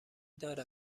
داره